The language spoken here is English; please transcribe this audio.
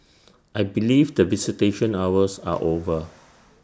I believe that visitation hours are over